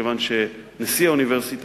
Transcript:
מכיוון שנשיא האוניברסיטה,